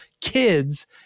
kids